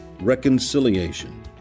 reconciliation